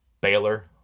Baylor